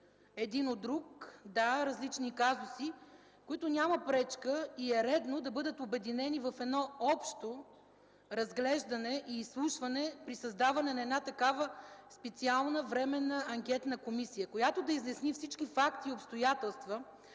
един от друг – да, различни казуси, които няма пречка и е редно да бъдат обединени в едно общо разглеждане и изслушване и създаване на такава специална Временна анкетна комисия, която да изясни всички факти и обстоятелства